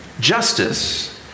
justice